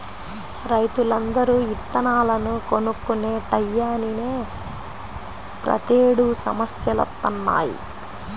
రైతులందరూ ఇత్తనాలను కొనుక్కునే టైయ్యానినే ప్రతేడు సమస్యలొత్తన్నయ్